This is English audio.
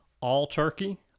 all-turkey